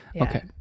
okay